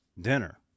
dinner